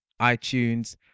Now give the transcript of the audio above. iTunes